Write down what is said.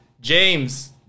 James